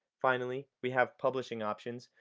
finally, we have publishing options,